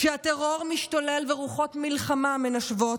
כשהטרור משתולל ורוחות מלחמה מנשבות,